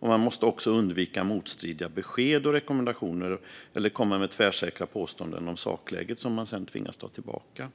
Här måste man undvika motstridiga besked och rekommendationer eller att komma med tvärsäkra påståenden om sakläget som man sedan tvingas ta tillbaka.